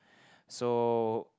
so